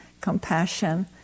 compassion